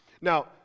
Now